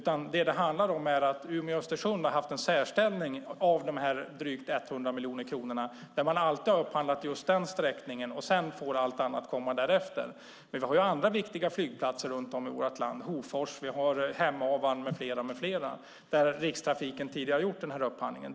Vad det handlar om är att sträckan Umeå-Östersund har haft en särställning när det gällt de drygt 100 miljoner kronorna. Man har alltid upphandlat just den sträckan, sedan får allt annat komma därefter. Men vi har också andra viktiga flygplatser runt om i vårt land, som Hofors och Hemavan med flera, där Rikstrafiken tidigare har gjort upphandlingen.